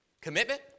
commitment